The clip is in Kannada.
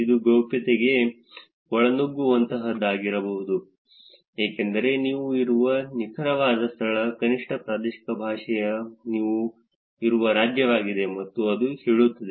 ಇದು ಗೌಪ್ಯತೆಗೆ ಒಳನುಗ್ಗುವಂತಹದ್ದಾಗಿರಬಹುದು ಏಕೆಂದರೆ ನೀವು ಇರುವ ನಿಖರವಾದ ಸ್ಥಳವು ಕನಿಷ್ಠ ಪ್ರಾದೇಶಿಕ ಭಾಷೆಯಲ್ಲಿ ನೀವು ಇರುವ ರಾಜ್ಯವಾಗಿದೆ ಎಂದು ಅದು ಹೇಳುತ್ತದೆ